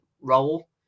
role